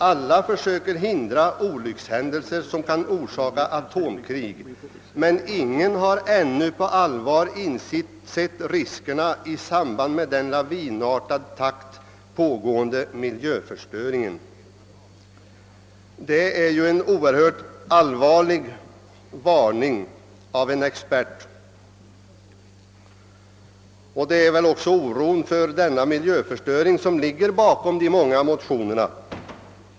Alla försöker förhindra olyckshändelser som kan orsaka atomkrig, men ingen har ännu på allvar insett riskerna i samband med den i lavinartad takt pågående miljöförstöringen.» Detta är en oerhört allvarlig varning av en expert. Det är väl också oron för denna miljöförstöring som ligger bakom de många motionerna.